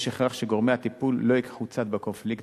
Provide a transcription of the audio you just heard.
יש הכרח שגורמי הטיפול לא ייקחו צד בקונפליקט